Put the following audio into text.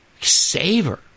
savor